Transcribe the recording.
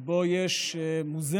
שבו יש מוזיאון